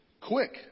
quick